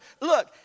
Look